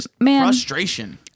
frustration